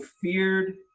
feared